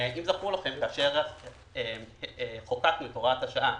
אם זכור לכם, כאשר חוקקנו את הוראת השעה